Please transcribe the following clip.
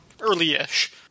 early-ish